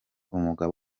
uwabaga